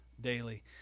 daily